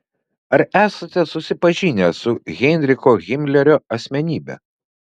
ar esate susipažinęs su heinricho himlerio asmenybe